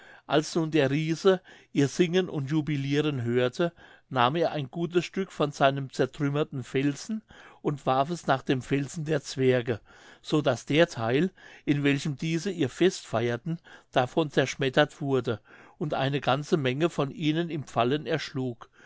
als nun der riese ihr singen und jubiliren hörte nahm er ein gutes stück von seinem zertrümmerten felsen und warf es nach dem felsen der zwerge so daß der theil in welchem diese ihr fest feierten davon zerschmettert wurde und eine ganze menge von ihnen im fallen erschlug